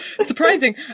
surprising